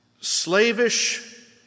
Slavish